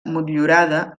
motllurada